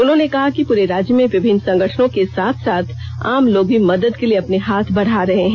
उन्होंने कहा कि पूरे राज्य से विभिन्न संगठनों के साथ साथ आम लोग भी मदद के लिए अपने हाथ बढ़ा रहे हैं